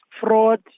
fraud